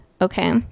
Okay